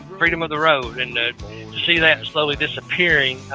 freedom of the road. and to see that slowly disappearing ah